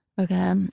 okay